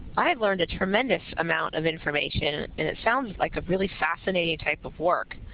i have learned a tremendous amount of information. and it sounds like a really fascinating type of work.